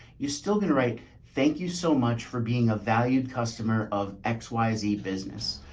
you still get to write. thank you so much for being a valued customer of x, y, z business.